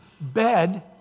bed